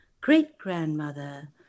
great-grandmother